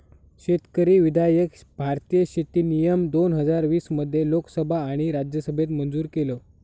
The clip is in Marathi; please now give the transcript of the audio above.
शेतकरी विधायक भारतीय शेती नियम दोन हजार वीस मध्ये लोकसभा आणि राज्यसभेत मंजूर केलं